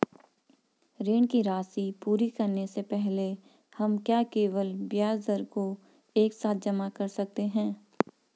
ऋण की राशि पूरी करने से पहले हम क्या केवल ब्याज दर को एक साथ जमा कर सकते हैं?